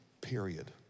period